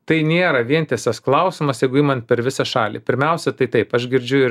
tai nėra vientisas klausimas jeigu iman per visą šalį pirmiausia tai taip aš girdžiu ir